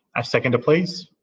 a seconder, please.